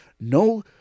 No